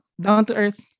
down-to-earth